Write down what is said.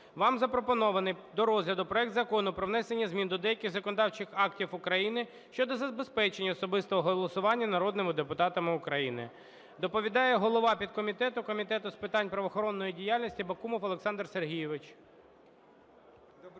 Вам запропонований до розгляду проект Закону про внесення змін до деяких законодавчих актів України щодо забезпечення особистого голосування народними депутатами України. Доповідає голова підкомітету Комітету з питань правоохоронної діяльності Бакумов Олександр Сергійович.